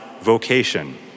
vocation